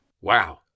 Wow